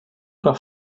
nach